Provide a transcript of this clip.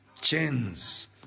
chains